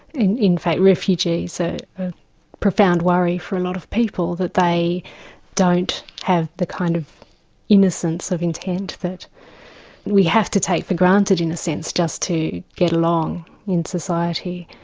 in in fact, refugees are a profound worry for a lot of people, that they don't have the kind of innocence of intent that we have to take for granted in a sense, just to get along in society.